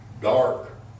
dark